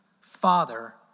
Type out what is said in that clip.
father